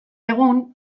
egun